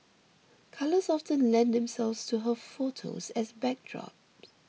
colours often lend themselves to her photos as backdrops